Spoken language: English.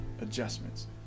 adjustments